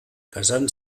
casant